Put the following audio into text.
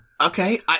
Okay